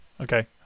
Okay